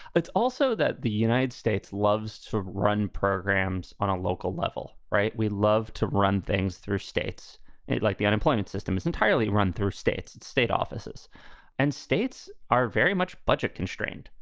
it's also that the united states loves to run programs on a local level. right. we love to run things through states like the unemployment system is entirely run through states and state offices and states are very much budget constrained.